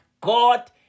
God